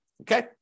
Okay